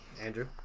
Andrew